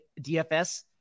DFS